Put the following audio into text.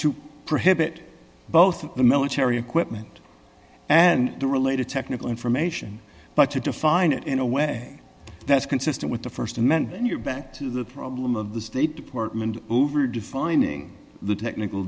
to prohibit both of the military equipment and the related technical information but to define it in a way that's consistent with the st amendment you're back to the problem of the state department over defining the technical